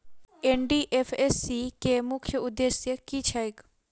NDFSC केँ मुख्य उद्देश्य की छैक?